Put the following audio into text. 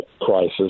crisis